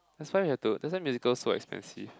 that's why you've to that's why musical so expensive